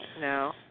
No